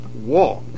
walk